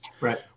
Right